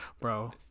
bro